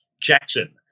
Jackson